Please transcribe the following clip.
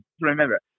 remember